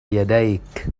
يديك